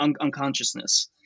unconsciousness